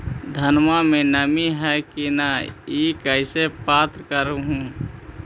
धनमा मे नमी है की न ई कैसे पात्र कर हू?